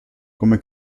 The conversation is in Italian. come